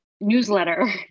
newsletter